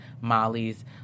Molly's